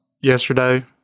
Yesterday